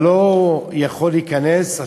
אתה לא יכול להיכנס,